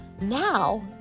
Now